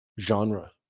genre